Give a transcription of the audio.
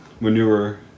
manure